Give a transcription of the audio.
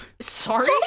sorry